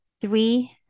three